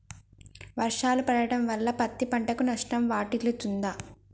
వర్షాలు పడటం వల్ల పత్తి పంటకు నష్టం వాటిల్లుతదా?